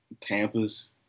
Tampa's